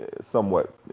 somewhat